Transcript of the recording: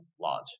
large